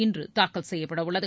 இன்று தாக்கல் செய்யப்பட உள்ளது